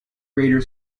greater